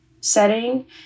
setting